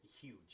huge